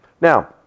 Now